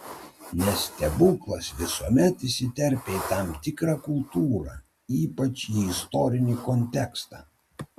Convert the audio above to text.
nes stebuklas visuomet įsiterpia į tam tikrą kultūrą ypač į istorinį kontekstą